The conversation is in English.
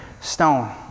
stone